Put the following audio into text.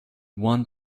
one